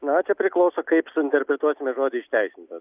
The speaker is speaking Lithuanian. na čia priklauso kaip suinterpretuosime žodį išteisintas